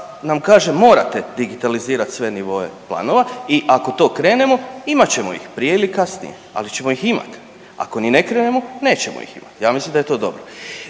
nam kaže, morate digitalizirati sve nivoe planova i ako to krenemo, imat ćemo ih, prije ili kasnije, ali ćemo ih imati. Ako ni ne krenemo, nećemo ih imati. Ja mislim da je to dobro.